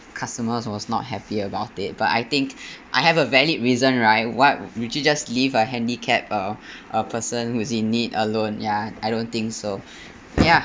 customers was not happy about it but I think I have a valid reason right what would you just leave a handicapped uh a person who's in need alone ya I don't think so ya